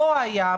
פה היה,